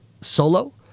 solo